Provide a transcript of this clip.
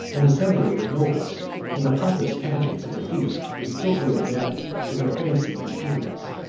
an assembly of his nobles and the pompous pageants of the feast were skilfully adapted to their fancy and feelings.